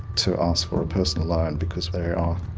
to ask for a personal loan because they are ah